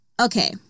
Okay